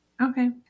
Okay